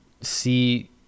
see